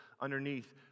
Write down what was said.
underneath